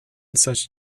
such